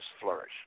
flourish